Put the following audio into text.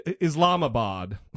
Islamabad